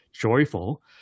joyful